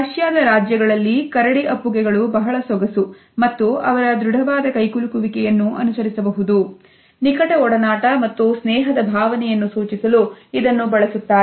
ರಷ್ಯಾದ ರಾಜ್ಯಗಳಲ್ಲಿ ಕರಡಿ ಅಪ್ಪುಗೆಗಳು ಬಹಳ ಸೊಗಸು ಮತ್ತು ಅವರ ದೃಢವಾದಕೈಕುಲುಕುವಿಕೆಯನ್ನುಅನುಸರಿಸಬಹುದು ನಿಕಟ ಒಡನಾಟ ಮತ್ತು ಸ್ನೇಹದ ಭಾವನೆಯನ್ನು ಸೂಚಿಸಲು ಇದನ್ನು ಬಳಸುತ್ತಾರೆ